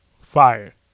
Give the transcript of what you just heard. Fire